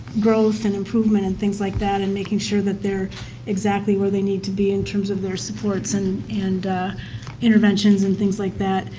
growth and improvement and things like that, and making sure that they're exactly what they need to be in terms of their supports and and interventions and things like that.